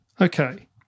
Okay